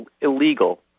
illegal